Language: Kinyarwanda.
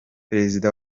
perezida